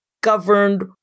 governed